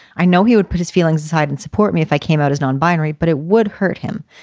i know he would put his feelings aside and support me if i came out as non-binary, but it would hurt him.